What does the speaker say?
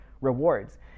rewards